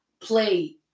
play